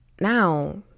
now